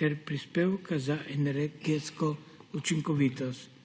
ter prispevka za energetsko učinkovitost.